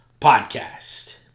podcast